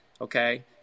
Okay